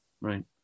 Right